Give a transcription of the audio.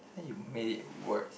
then you made it worse